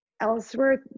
Ellsworth